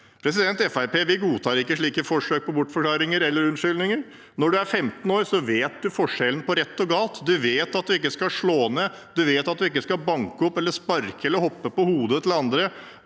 godtar ikke slike forsøk på bortforklaringer eller unnskyldninger. Når man er 15 år, vet man forskjellen på rett og galt. Man vet at man ikke skal slå ned andre. Man vet at man ikke skal banke opp eller sparke eller hoppe på hodet til andre.